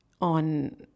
on